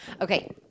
Okay